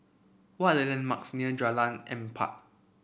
what are the landmarks near Jalan Empat